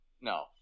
No